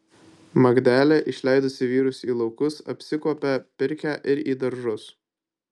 magdelė išleidusi vyrus į laukus apsikuopia pirkią ir į daržus